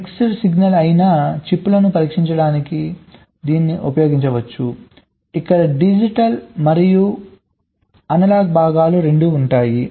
mix signal రకమైన చిప్లను పరీక్షించడానికి దీనిని ఉపయోగించవచ్చు ఇక్కడ డిజిటల్ మరియు అనలాగ్ భాగాలు రెండూ ఉంటాయి